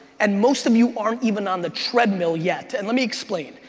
and most of you aren't even on the treadmill yet. and let me explain.